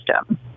system